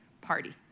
party